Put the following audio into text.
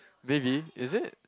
really is it